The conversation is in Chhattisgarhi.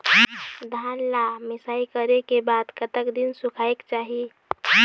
धान ला मिसाई करे के बाद कतक दिन सुखायेक चाही?